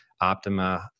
Optima